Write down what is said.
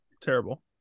terrible